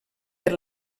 per